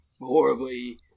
horribly